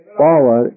power